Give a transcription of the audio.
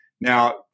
Now